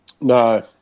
No